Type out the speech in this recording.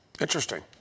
Interesting